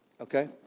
Okay